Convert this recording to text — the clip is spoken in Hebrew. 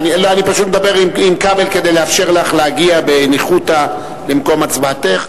אני מדבר עם כבל כדי לאפשר לך להגיע בניחותא למקום הצבעתך.